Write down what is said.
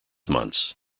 months